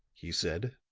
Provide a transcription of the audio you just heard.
he said,